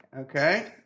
okay